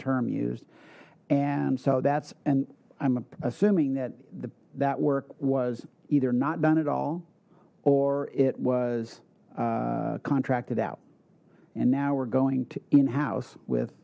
term used and so that's and i'm assuming that that work was either not done at all or it was contracted out and now we're going to in house with